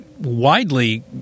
widely